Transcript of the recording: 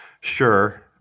sure